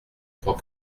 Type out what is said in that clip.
crois